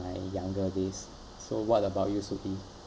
my younger days so what about your soo ee